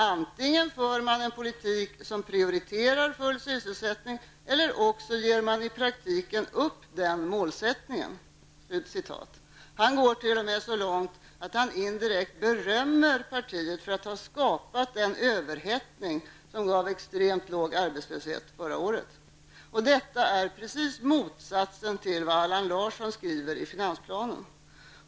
Antingen för man en ekonomisk politik som prioriterar full sysselsättning eller också ger man i praktiken upp den målsättningen.'' Han går t.o.m. så långt att han indirekt berömmer partiet för att ha skapat den överhettning som gav extremt låg arbetslöshet förra året. Detta är precis motsatsen till vad Allan Larsson skriver i finansplanen.